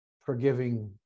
forgiving